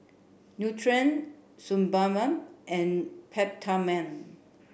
Nutren Sebamed and Peptamen